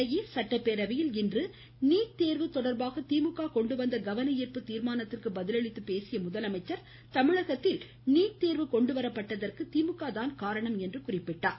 இதனிடையே சட்டப்பேரவையில் இன்று நீட் தேர்வு தொடர்பாக திமுக கொண்டு வந்த கவன ஈர்ப்பு தீர்மானத்திற்கு பதில் அளித்து பேசிய முதலமைச்சர் தமிழகத்தில் நீட் தேர்வு கொண்டுவரப்பட்டதற்கு திமுக தான் காரணம் என்றார்